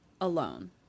alone